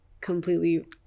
completely